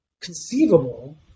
conceivable